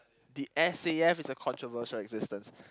the S_A_F is a controversial existence